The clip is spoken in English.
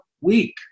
week